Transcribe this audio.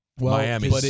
Miami